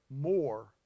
more